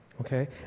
Okay